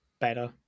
better